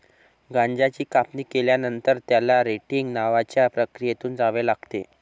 गांजाची कापणी केल्यानंतर, त्याला रेटिंग नावाच्या प्रक्रियेतून जावे लागते